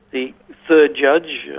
the third judge, yeah